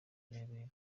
kurebera